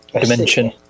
Dimension